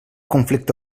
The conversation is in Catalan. conflicte